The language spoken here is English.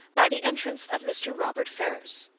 by the entrance of mr. robert ferrars.